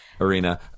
Arena